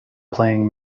playing